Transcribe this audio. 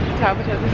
tabitha